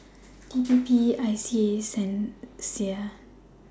D P P I S E A S and Sia